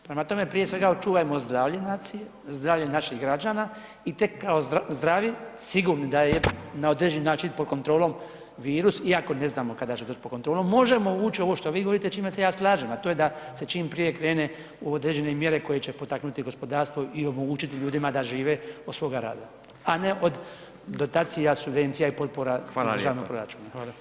Prema tome, prije svega očuvajmo zdravlje nacije, zdravlje naših građana i tek kao zdravi, sigurni da je na određeni način pod kontrolom virus, iako ne znamo kada će doć pod kontrolom, možemo uć u ovo što vi govorite, čime se ja slažem, a to je da se čim prije krene u određene mjere koje će potaknuti gospodarstvo i omogućiti ljudima da žive od svoga rada, a ne od dotacija, subvencija i potpora [[Upadica: Hvala lijepo]] iz državnog proračuna.